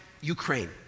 Ukraine